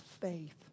faith